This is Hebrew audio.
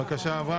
הבקשה עברה.